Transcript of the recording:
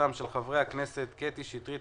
הצעתם של חברי הכנסת קטי שטרית,